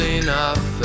enough